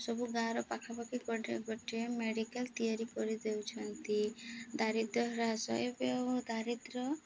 ଭ୍ ସବୁ ଗାଁର ପାଖାପାଖି ଗୋଟେ ଗୋଟିଏ ମେଡ଼ିକାଲ୍ ତିଆରି କରି ଦେଉଛନ୍ତି ଦାରିଦ୍ର୍ର ଶୈବ୍ୟ ଓ ଦାରିଦ୍ର୍ୟ